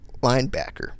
linebacker